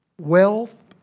wealth